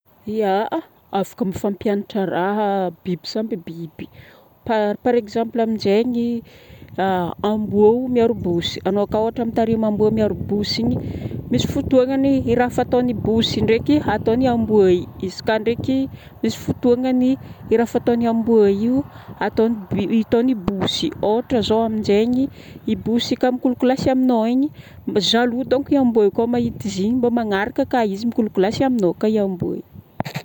Ya, afaka mifampianatra raha biby samby biby .Pa par exemple amjegny amboa miaro bosy anao ka ôhatra mitarimy amboa miaro bosy igny misy fotoagnany raha fataony bosy igny ataon'ny amboa io. Izy ka ndreky misy fotoagnany raha fataony amboa io, ataon'ny bu ,ataon'ny bosy. Ôhatra zao amnjegny i bosy kamikolakolasy amino igny. Jaloux donc amboa ko mahita izy igny mba magnaraka ka izy mikolakolasy amino ka i amboa io.